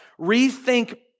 rethink